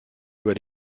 über